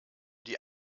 die